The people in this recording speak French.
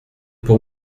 pour